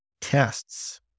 tests